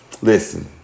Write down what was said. Listen